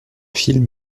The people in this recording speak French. film